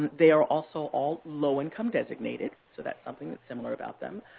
they are also all low-income designated, so that's something that's similar about them.